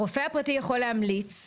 הרופא הפרטי יכול להמליץ,